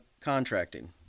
contracting